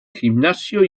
gimnasio